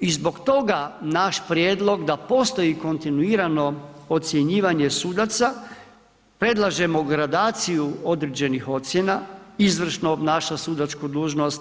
I zbog toga naš prijedlog da postoji kontinuirano ocjenjivanje sudaca predlažemo gradaciju određenih ocjena, izvrsno obnaša sudačku dužnost,